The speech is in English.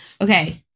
Okay